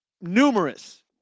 Numerous